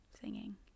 singing